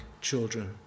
children